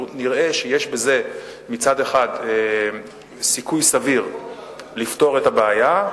נראה שיש בזה מצד אחד סיכוי סביר לפתור את הבעיה,